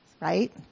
right